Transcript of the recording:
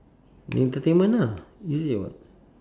entertainment lah easy [what]